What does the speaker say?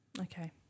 Okay